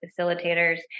facilitators